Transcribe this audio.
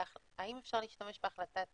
האם אפשר להשתמש בחלטה 922?